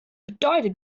bedeutet